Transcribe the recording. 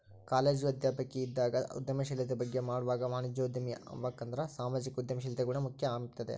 college ಅಧ್ಯಾಪಕಿ ಇದ್ದಾಗ ಉದ್ಯಮಶೀಲತೆ ಬಗ್ಗೆ ಮಾಡ್ವಾಗ ವಾಣಿಜ್ಯೋದ್ಯಮಿ ಆಬಕಂದ್ರ ಸಾಮಾಜಿಕ ಉದ್ಯಮಶೀಲತೆ ಗುಣ ಮುಖ್ಯ ಅಂಬ್ತಿದ್ದೆ